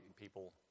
people